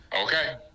Okay